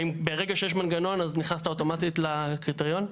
האם ברגע שיש מנגנון אז נכנסת אוטומטית לקריטריון?